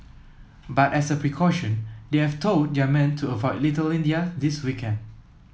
but as a precaution they have told their men to avoid Little India this weekend